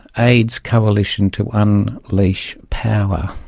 aids coalition to and unleash power,